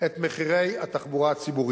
את מחירי התחבורה הציבורית,